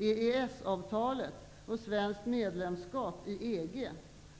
EES avtalet och svenskt medlemskap i EG